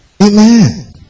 Amen